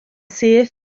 syth